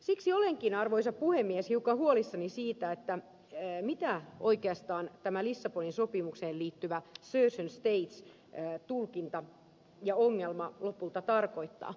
siksi olenkin arvoisa puhemies hiukan huolissani siitä mitä oikeastaan tämä lissabonin sopimukseen liittyvä certain states tulkinta ja ongelma lopulta tarkoittaa